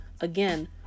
again